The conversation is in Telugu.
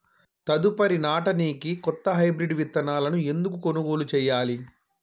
తదుపరి నాడనికి కొత్త హైబ్రిడ్ విత్తనాలను ఎందుకు కొనుగోలు చెయ్యాలి?